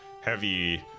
heavy